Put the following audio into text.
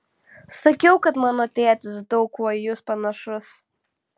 sakiau kad mano tėtis daug kuo į jus panašus